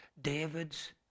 David's